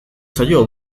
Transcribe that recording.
zaio